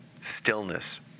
Stillness